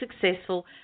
successful